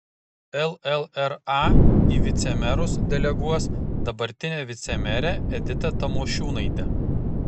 llra į vicemerus deleguos dabartinę vicemerę editą tamošiūnaitę